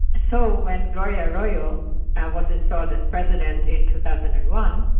so when gloria arroyo ah was installed as president in two thousand and one,